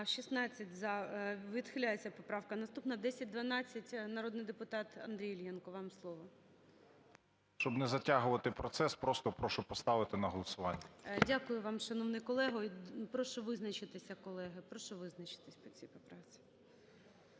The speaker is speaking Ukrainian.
За-16 Відхиляється поправка. Наступна – 1012. Народний депутат Андрій Іллєнко, вам слово. 16:24:05 ІЛЛЄНКО А.Ю. Щоб не затягувати процес, просто прошу поставити на голосування. ГОЛОВУЮЧИЙ. Дякую вам, шановний колего. Прошу визначитися, колеги. Прошу визначитись по цій поправці.